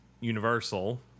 Universal